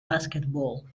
basketball